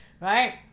right